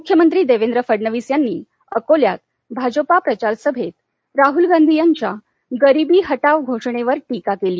मुख्यमंत्री देवेद्र फडणवीस यांनी अकोल्यात भाजपा प्रचार सभेत राहुल गांधी यांच्या गरिबी हटाव घोषणेवर टीका केली